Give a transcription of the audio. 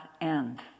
end